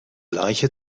leiche